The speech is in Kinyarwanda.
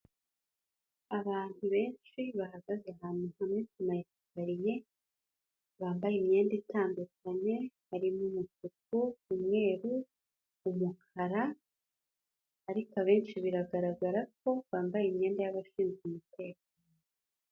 Abantu benshi bahagaze ahantu hamwe ku ma esikariye, bambaye imyenda itandukanye harimo umutuku, umweru, umukara, ariko abenshi biragaragara ko bambaye imyenda y'abashinzwe umutekano.